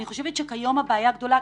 אני חושבת שכיום הבעיה הגדולה,